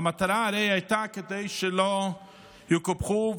והרי המטרה הייתה שלא יקופחו,